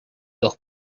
dos